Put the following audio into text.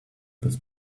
this